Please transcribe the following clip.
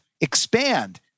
expand